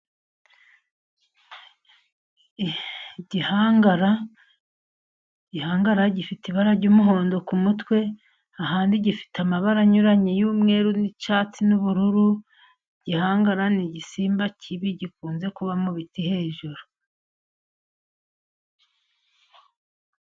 Igihangara, igihangara gifite ibara ry'umuhondo ku mutwe, ahandi gifite amabara anyuranye y'umweru n'icyatsi, n'ubururu, igihangara ni igisimba kibi gikunze kuba mu biti hejuru.